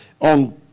on